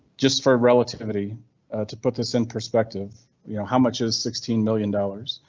just for relativity to put this in perspective, you know how much is sixteen million dollars.